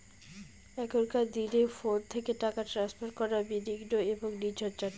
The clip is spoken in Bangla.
এখনকার দিনে ফোন থেকে টাকা ট্রান্সফার করা নির্বিঘ্ন এবং নির্ঝঞ্ঝাট